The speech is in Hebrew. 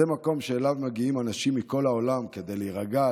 זה מקום שאליו מגיעים אנשים מכל העולם כדי להירגע,